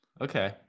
Okay